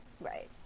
Right